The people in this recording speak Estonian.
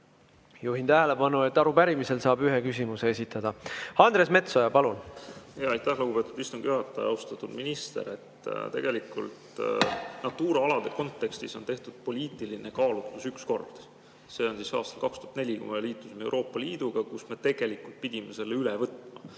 Juhin tähelepanu, et arupärimisel saab ühe küsimuse esitada. Andres Metsoja, palun! Aitäh, lugupeetud istungi juhataja! Austatud minister! Tegelikult Natura alade kontekstis on tehtud poliitiline kaalutlus üks kord, see on aastal 2004, kui me liitusime Euroopa Liiduga, kus me tegelikult pidime selle üle võtma.